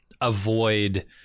avoid